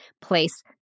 place